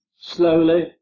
slowly